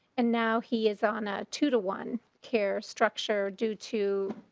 and now he is on that two to one care structure do too.